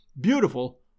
beautiful